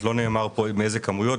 לא נאמר פה מאיזה כמויות,